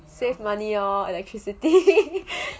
save money lor electricity